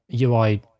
UI